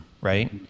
Right